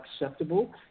acceptable